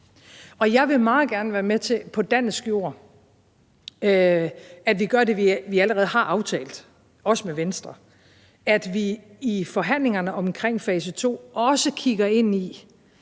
Jeg vil meget gerne være med til på dansk jord, at vi gør det, vi allerede har aftalt, også med Venstre, at vi i forhandlingerne omkring fase to også kigger ind i,